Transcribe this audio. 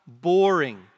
boring